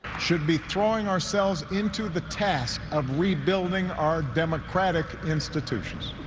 should be throwing ourselves into the task of rebuilding our democratic institutions.